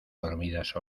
dormidas